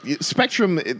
Spectrum